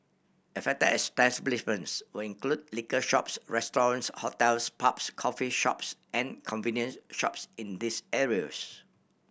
affected establishments will include liquor shops restaurants hotels pubs coffee shops and convenience shops in these areas